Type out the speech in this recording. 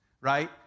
Right